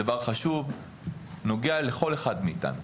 זה דבר חשוב שנוגע לכל אחד מאתנו.